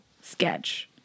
sketch